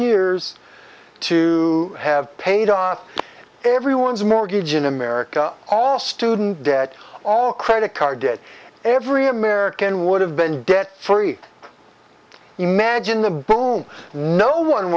years to have paid on everyone's mortgage in america all student debt all credit card debt every american would have been debt free imagine the boom no one